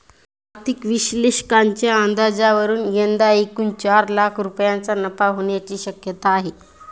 आर्थिक विश्लेषकांच्या अंदाजावरून यंदा एकूण चार लाख रुपयांचा नफा होण्याची शक्यता आहे